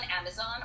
Amazon